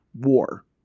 war